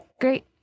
Great